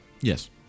Yes